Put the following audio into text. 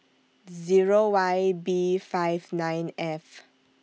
Zero Y B five nine F